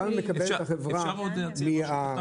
אדוני היושב-ראש,